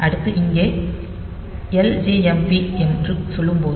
அடுத்து இங்கே ljmp என்று சொல்லும்போது